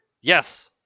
Yes